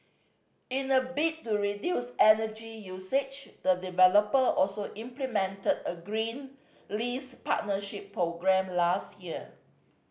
in a bid to reduce energy usage the developer also implemented a green lease partnership programme last year